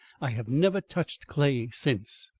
i have never touched clay since.